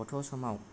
गथ' समाव